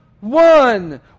one